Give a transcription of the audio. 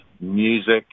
music